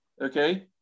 Okay